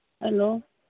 hello